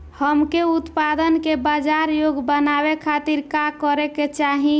हमके उत्पाद के बाजार योग्य बनावे खातिर का करे के चाहीं?